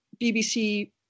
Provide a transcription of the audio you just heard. BBC